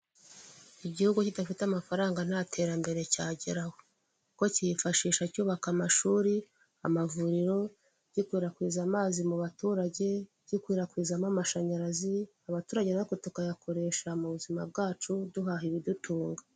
Igihugu kidafite amafaranga nta terambere cyageraho; kuko kiyifashisha: cyubaka amashuri, amavuriro, gikwirakwiza amazi mu baturage, gikwirakwiza amashanyarazi; abaturage natwe tukayakoresha mu buzima bwacu duhaha ibidutunga.